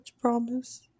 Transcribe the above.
promise